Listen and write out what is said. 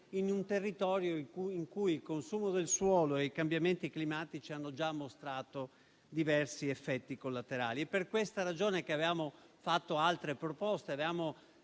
in un territorio in cui il consumo del suolo e i cambiamenti climatici hanno già mostrato diversi effetti collaterali. È per questa ragione che avevamo fatto altre proposte: